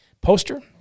poster